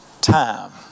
time